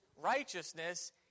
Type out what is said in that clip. righteousness